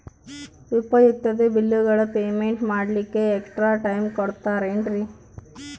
ಉಪಯುಕ್ತತೆ ಬಿಲ್ಲುಗಳ ಪೇಮೆಂಟ್ ಮಾಡ್ಲಿಕ್ಕೆ ಎಕ್ಸ್ಟ್ರಾ ಟೈಮ್ ಕೊಡ್ತೇರಾ ಏನ್ರಿ?